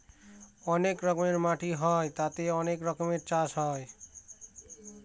অনেক রকমের মাটি হয় তাতে অনেক রকমের চাষ হয়